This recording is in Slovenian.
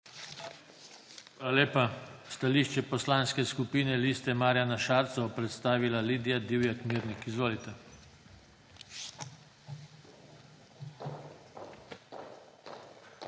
lepa. Stališče Poslanske skupine Liste Marjana Šarca bo predstavila Lidija Divjak Mirnik. Izvolite.